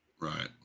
right